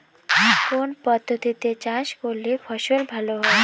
কোন পদ্ধতিতে চাষ করলে ফসল ভালো হয়?